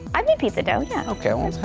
i mean pizza dough yeah ok,